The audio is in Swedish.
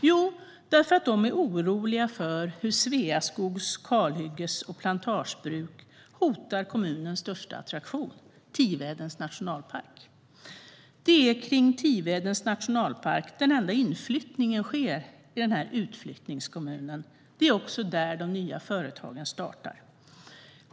Jo, därför att de är oroliga för hur Sveaskogs kalhygges och plantagebruk hotar kommunens största attraktion - Tivedens nationalpark. Det är kring Tivedens nationalpark den enda inflyttningen sker i denna utflyttningskommun. Det är också där de nya företagen startar.